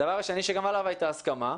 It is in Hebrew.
הדבר השני, שגם עליו הייתה הסכמה,